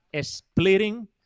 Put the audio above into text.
splitting